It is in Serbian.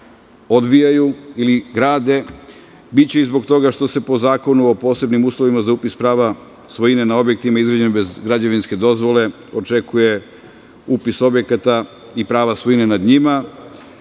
odvijaju ili grade, biće i zbog toga što se po Zakonu o posebnim uslovima za upis prava svojine na objektima izgrađenim bez građevinske dozvole, očekuje upis objekata i prava svojine nad njima,